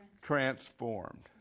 Transformed